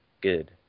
good